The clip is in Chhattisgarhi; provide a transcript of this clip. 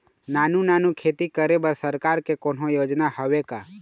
नानू नानू खेती करे बर सरकार के कोन्हो योजना हावे का?